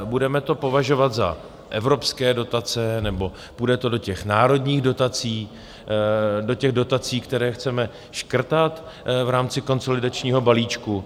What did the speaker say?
Budeme to považovat za evropské dotace, nebo to půjde do těch národních dotací, do těch dotací, které chceme škrtat v rámci konsolidačního balíčku?